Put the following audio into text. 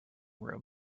room